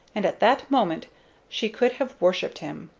and at that moment she could have worshipped him.